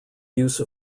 use